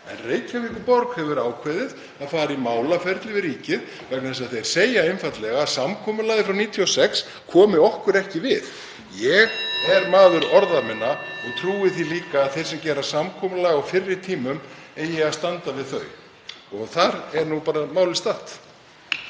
en Reykjavíkurborg hefur ákveðið að fara í málaferli við ríkið vegna þess að þeir segja einfaldlega að samkomulagið frá 1996 komi borginni ekki við. Ég er maður orða minna. Ég trúi því líka að þeir sem gera samkomulag á fyrri tímum eigi að standa við þau. Þar er málið statt.